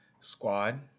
Squad